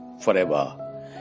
forever